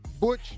Butch